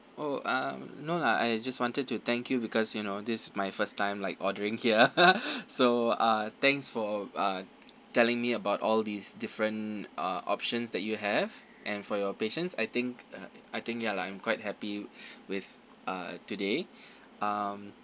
oh um no lah I just wanted to thank you because you know this my first time like ordering here so uh thanks for uh telling me about all these different uh options that you have and for your patience I think uh I think ya lah I'm quite happy with uh today um